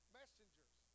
messengers